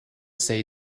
say